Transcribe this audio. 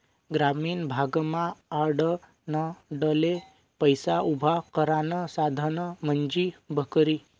ग्रामीण भागमा आडनडले पैसा उभा करानं साधन म्हंजी बकरी